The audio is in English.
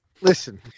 Listen